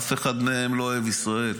אף אחד מהם לא אוהב ישראל,